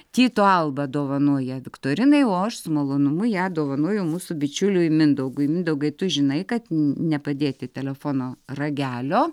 tyto alba dovanoja viktorinai o aš su malonumu ją dovanoju mūsų bičiuliui mindaugui mindaugai tu žinai kad nepadėti telefono ragelio